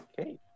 Okay